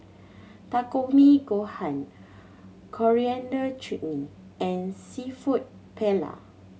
Takikomi Gohan Coriander Chutney and Seafood Paella